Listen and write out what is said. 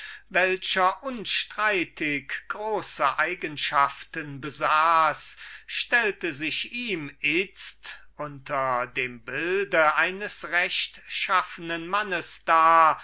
welcher unstreitig große eigenschaften besaß stellte sich ihm itzt unter dem bilde eines rechtschaffenen mannes dar